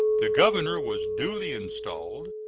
the governor was duly installed,